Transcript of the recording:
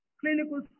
clinical